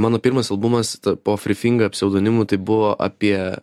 mano pirmas albumas po fri finga pseudonimu tai buvo apie